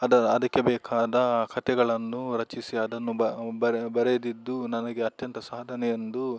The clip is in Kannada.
ಅದ ಅದಕ್ಕೆ ಬೇಕಾದ ಕಥೆಗಳನ್ನು ರಚಿಸಿ ಅದನ್ನು ಬರೆದಿದ್ದು ನನಗೆ ಅತ್ಯಂತ ಸಾಧನೆ ಎಂದು